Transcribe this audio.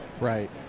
Right